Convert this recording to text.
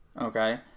Okay